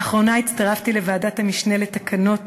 לאחרונה הצטרפתי לוועדת המשנה לתקנות